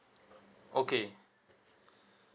okay